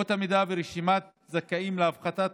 אמות מידה ורשימת זכאים להפחתה